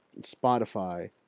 Spotify